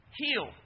heal